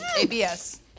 ABS